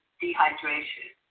dehydration